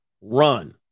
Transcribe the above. run